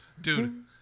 Dude